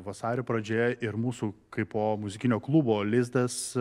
vasario pradžioje ir mūsų kaip muzikinio klubo lizdas